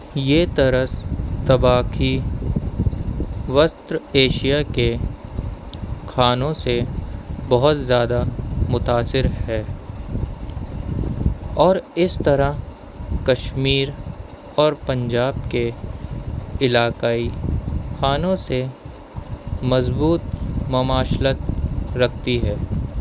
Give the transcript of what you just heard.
یہ طرز طباخی وسط ایشیا کے خانوں سے بہت زیادہ متاثر ہے اور اس طرح کشمیر اور پنجاب کے علاقائی خانوں سے مضبوط مماثلت رکھتی ہے